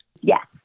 Yes